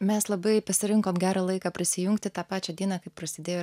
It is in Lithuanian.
mes labai pasirinkom gerą laiką prisijungti tą pačią dieną kai prasidėjo